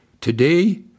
Today